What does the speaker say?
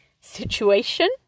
situation